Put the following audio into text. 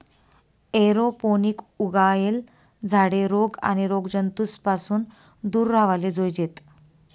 aeroponic उगायेल झाडे रोग आणि रोगजंतूस पासून दूर राव्हाले जोयजेत